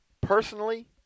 Personally